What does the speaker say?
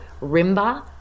Rimba